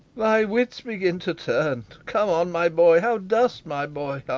my wits begin to turn come on, my boy. how dost, my boy?